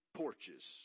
porches